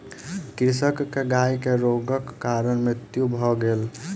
कृषक के गाय के रोगक कारण मृत्यु भ गेल